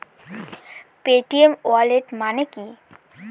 Paytm wallet মানে কি?